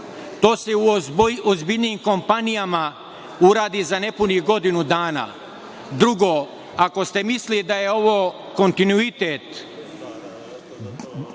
To se u ozbiljnijim kompanijama uradi za nepunih godinu dana. Drugo, ako ste mislili da je ovo kontinuitet